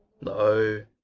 no